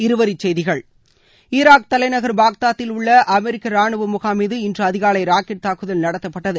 இருவரி செய்திகள் ஈராக் தலைநகர் பாக்தாத்தில் உள்ள அமெரிக்க ரானுவ முகாம் மீது இன்று அதிகாலை ராக்கெட் தாக்குதல் நடத்தப்பட்டது